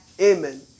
Amen